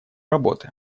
работы